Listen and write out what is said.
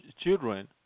children